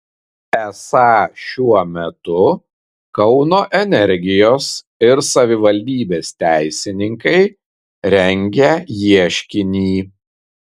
esą šiuo metu kauno energijos ir savivaldybės teisininkai rengia ieškinį